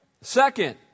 Second